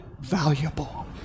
valuable